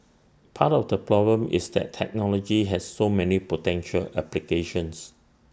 part of the problem is that technology has so many potential applications